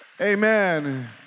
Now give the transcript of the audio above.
Amen